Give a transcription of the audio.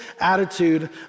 attitude